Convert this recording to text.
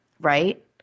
Right